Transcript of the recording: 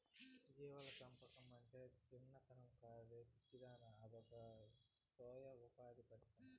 జీవాల పెంపకమంటే చిన్నతనం కాదే పిచ్చిదానా అదొక సొయం ఉపాధి పరిశ్రమ